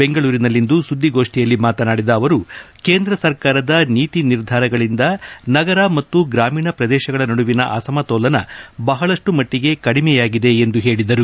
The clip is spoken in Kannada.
ಬೆಂಗಳೂರಿನಲ್ಲಿಂದು ಸುದ್ದಿಗೋಷ್ಠಿಯಲ್ಲಿ ಮಾತನಾಡಿದ ಅವರು ಕೇಂದ್ರ ಸರ್ಕಾರದ ನೀತಿ ನಿರ್ಧಾರಗಳಿಂದ ನಗರ ಮತ್ತು ಗ್ರಾಮೀಣ ಪ್ರದೇಶಗಳ ನಡುವಿನ ಅಸಮತೋಲನ ಬಹಳಷ್ಟು ಮಟ್ಟಿಗೆ ಕಡಿಮೆಯಾಗಿದೆ ಎಂದು ಹೇಳಿದರು